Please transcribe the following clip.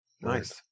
Nice